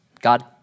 God